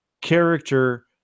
character